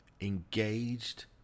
engaged